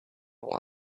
one